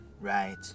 Right